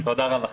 תודה רבה.